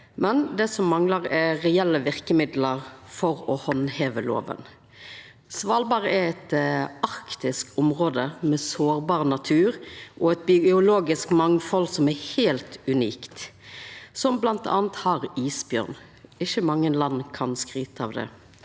Det som manglar, er reelle verkemiddel for å handheva lova. Svalbard er eit arktisk område med sårbar natur og eit biologisk mangfald som er heilt unikt, som bl.a. har isbjørn – ikkje mange land kan skryta av det.